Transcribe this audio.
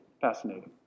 fascinating